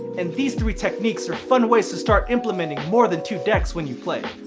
and these three techniques are fun ways to start implementing more than two decks when you play.